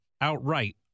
outright